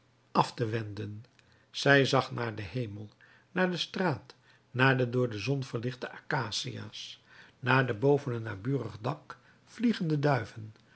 af te wenden zij zag naar den hemel naar de straat naar de door de zon verlichte acacia's naar de boven een naburig dak vliegende duiven